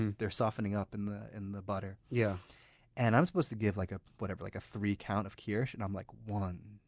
and they're softening up in the in the butter. yeah and i'm supposed to give like ah a like three count of kirsch and i'm like one,